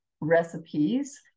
recipes